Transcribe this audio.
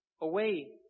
away